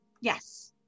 Yes